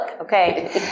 okay